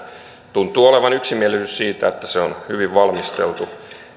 tuntuu olevan yksimielisyys että se on hyvin valmisteltu